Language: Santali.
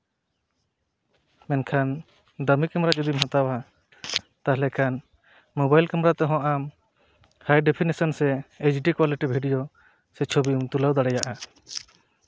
ᱢᱮᱱᱠᱷᱟᱱ ᱫᱟᱢᱤ ᱠᱮᱢᱮᱨᱟ ᱡᱩᱫᱤᱢ ᱦᱟᱛᱟᱣᱟ ᱛᱟᱦᱚᱞᱮ ᱠᱷᱟᱱ ᱢᱳᱵᱟᱭᱤᱞ ᱠᱮᱢᱮᱨᱟ ᱛᱮᱦᱚᱸ ᱟᱢ ᱦᱟᱭ ᱰᱤᱯᱷᱤᱱᱮᱥᱚᱱ ᱥᱮ ᱮᱭᱤᱪ ᱰᱤ ᱠᱚᱣᱟᱞᱤᱴᱤ ᱵᱷᱤᱰᱭᱳ ᱥᱮ ᱪᱷᱚᱵᱤᱢ ᱛᱩᱞᱟᱹᱣ ᱫᱟᱲᱮᱭᱟᱜᱼᱟ